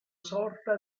sorta